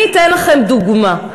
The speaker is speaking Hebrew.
אני אתן לכם דוגמה.